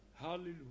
Hallelujah